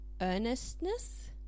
earnestness